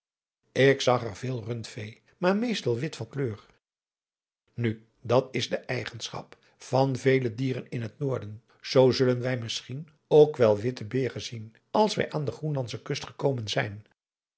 ik zag er veel rundvee maar meestal wit van kleur nu dat is de eigenschap van vele dieren in het noorden zoo zullen wij misschien ook wel witte beeren zien als wij aan de groenlandsche kust gekomen zijn